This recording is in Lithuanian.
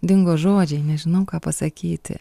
dingo žodžiai nežinau ką pasakyti